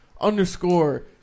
underscore